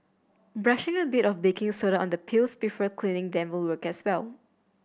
brushing a bit of baking soda on the peels before cleaning them will work guess well